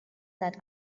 that